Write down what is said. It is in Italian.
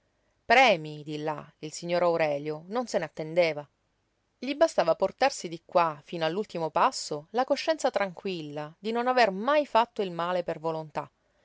di là il signor aurelio non se n'attendeva gli bastava portarsi di qua fino all'ultimo passo la coscienza tranquilla di non aver mai fatto il male per volontà